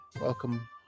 welcome